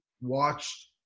watched